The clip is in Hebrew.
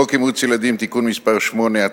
חוק אימוץ ילדים (תיקון מס' 8),